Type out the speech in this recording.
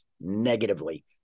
negatively